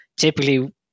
typically